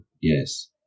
yes